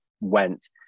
went